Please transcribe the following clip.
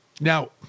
Now